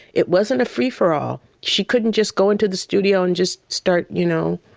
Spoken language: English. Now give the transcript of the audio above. it wasn't a free for all. she couldn't just go into the studio and just start, you know,